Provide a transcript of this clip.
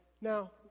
Now